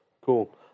cool